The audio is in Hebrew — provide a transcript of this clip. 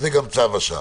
זה גם צו השעה.